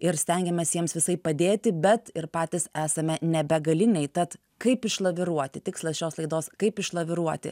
ir stengiamės jiems visaip padėti bet ir patys esame ne begaliniai tad kaip išlaviruoti tikslas šios laidos kaip išlaviruoti